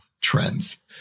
trends